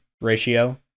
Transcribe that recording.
ratio